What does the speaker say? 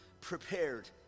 Prepared